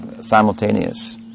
simultaneous